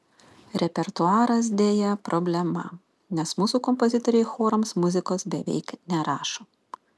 repertuaras deja problema nes mūsų kompozitoriai chorams muzikos beveik nerašo